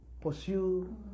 pursue